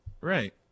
Right